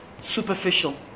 superficial